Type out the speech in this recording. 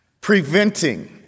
Preventing